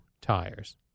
tires